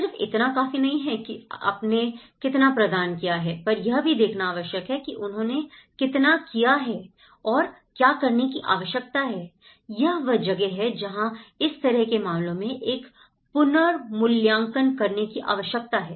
सिर्फ इतना काफी नहीं है कि आपने कितना प्रदान किया है पर यह भी देखना आवश्यक है कि उन्होंने कितना किया है और क्या करने की आवश्यकता है यह वह जगह है जहां इस तरह के मामलों में एक पुनर्मूल्यांकन करने की आवश्यकता है